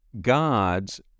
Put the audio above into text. gods